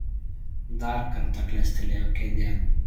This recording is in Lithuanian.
dar kartą klestelėjo kėdėn